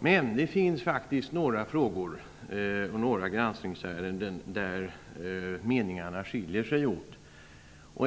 Men det finns faktiskt några frågor och några granskningsärenden där meningarna skiljer sig åt.